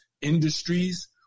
industries